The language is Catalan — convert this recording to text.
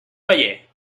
paller